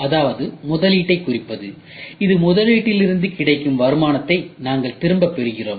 அதாவது முதலீட்டைக் குறிப்பது இது முதலீட்டிலிருந்து கிடைக்கும் வருமானத்தை திரும்பப் பெறுகிறோம்